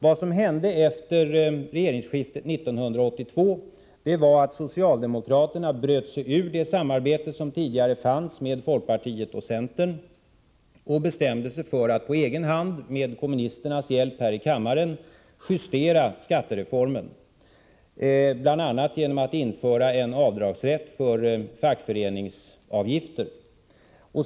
Vad som hände efter regeringsskiftet 1982 var att socialdemokraterna bröt sig ur det tidigare samarbetet med folkpartiet och centern och bestämde sig för att på egen hand med kommunisternas hjälp här i kammaren justera skattereformen, bl.a. genom att införa en avdragsrätt för fackföreningsavgifter.